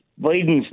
Biden's